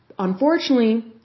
Unfortunately